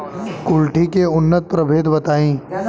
कुलथी के उन्नत प्रभेद बताई?